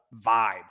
vibe